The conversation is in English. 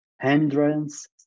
hindrance